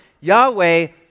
Yahweh